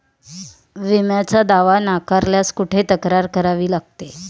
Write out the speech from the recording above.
विम्याचा दावा नाकारल्यास कुठे तक्रार करावी लागते?